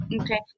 Okay